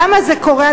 למה זה קורה,